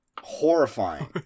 horrifying